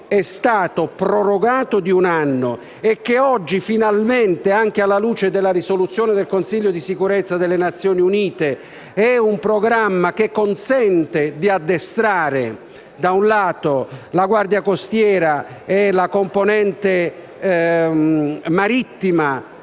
è stato prorogato di un anno e oggi finalmente, anche alla luce della risoluzione del Consiglio di sicurezza delle Nazioni Unite, è un programma che consente di addestrare, da un lato, la guardia costiera e la componente marittima